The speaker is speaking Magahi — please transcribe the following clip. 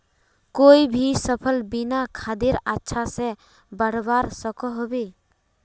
कोई भी सफल बिना खादेर अच्छा से बढ़वार सकोहो होबे?